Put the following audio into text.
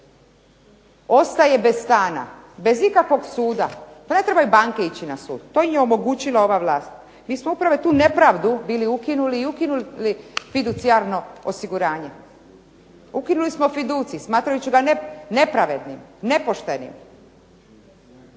ostaje bez stana bez ikakvog suda. Pa ne trebaju banke ići na sud. To im je omogućila ova vlast. Mi smo upravu tu nepravdu bili ukinuli i ukinuli fiducijarno osiguranje. Ukinuli smo fiducij smatrajući ga nepravednim, nepoštenim.